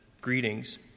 Greetings